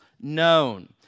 known